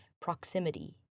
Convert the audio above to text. proximity